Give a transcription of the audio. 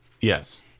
Yes